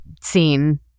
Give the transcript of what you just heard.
scene